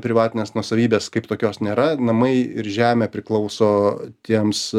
privatinės nuosavybės kaip tokios nėra namai ir žemė priklauso tiems